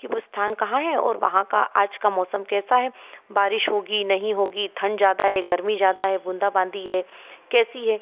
की वो स्थान कहाँ है और वहाँ का आज का मौसम कैसा है बारिश होगी नहीं होगी ठंड ज़्यादा है गर्मी ज़्यादा है बूंदा बांदी है कैसी है